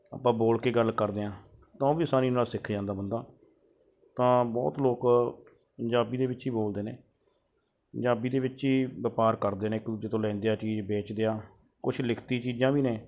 ਆਪਾਂ ਬੋਲ ਕੇ ਗੱਲ ਕਰਦੇ ਹਾਂ ਤਾਂ ਉਹ ਵੀ ਆਸਾਨੀ ਨਾਲ ਸਿੱਖ ਜਾਂਦਾ ਬੰਦਾ ਤਾਂ ਬਹੁਤ ਲੋਕ ਪੰਜਾਬੀ ਦੇ ਵਿੱਚ ਹੀ ਬੋਲਦੇ ਨੇ ਪੰਜਾਬੀ ਦੇ ਵਿੱਚ ਹੀ ਵਪਾਰ ਕਰਦੇ ਨੇ ਇੱਕ ਦੂਜੇ ਤੋਂ ਲੈਂਦੇ ਆ ਚੀਜ਼ ਵੇਚਦੇ ਆ ਕੁਛ ਲਿਖਤੀ ਚੀਜ਼ਾਂ ਵੀ ਨੇ